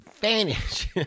vanish